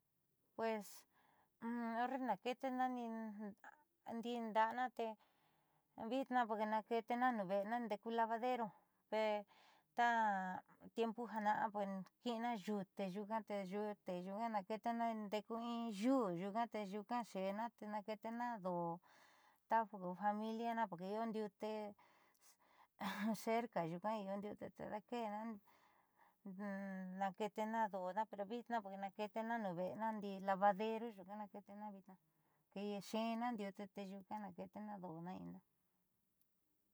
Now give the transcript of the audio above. Pues horre naakeeteena ndii nda'ana te vitnaa porque naakeetena nuuve'ena ndeku lavadero ta tiempo jaana'a porque ki'ina yute nyuuka te yute te naakeetena ndeeku in yuú yuunka te yuunka xe'ena te naake'etena doo ta familiana porque io ndiute cerca nyuuka io ndiute te daake'ena daake'etena doona pero viitnaa porque naake'etena nuun ve'ena ndii lavaderu nyuuka naake'etena viitnaa te xeenna ndiute te yuuka naake'etena do'ona viitnaa.